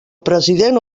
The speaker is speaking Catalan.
president